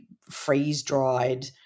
freeze-dried